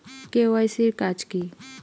KYC এর কাজ কি?